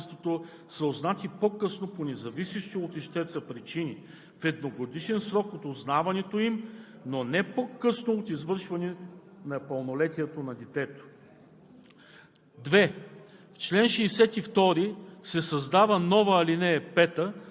или по изключение, ако обстоятелствата, опровергаващи бащинството, са узнати по-късно по независещи от ищеца причини, в едногодишен срок от узнаването им, но не по-късно от навършване на пълнолетие на детето;